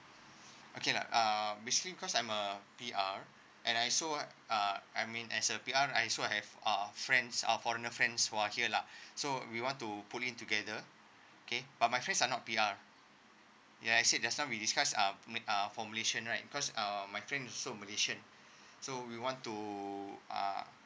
okay lah um basically cause I'm a P_R and I so uh I mean as a P_R I also have uh friends uh foreigner friends who are here lah so we want to put in together okay but my friends are not P_R ya I said just now we discuss um uh for malaysian right cause um my friend also malaysian so we want to uh